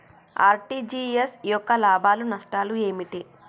RTGS యొక్క లాభాలు నష్టాలు ఏమిటి?